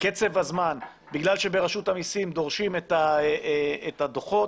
בגלל שברשות המסים דורשים את הדוחות,